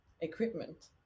equipment